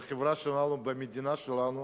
בחברה שלנו, במדינה שלנו,